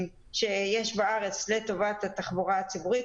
שיש בארץ לטובת התחבורה הציבורית,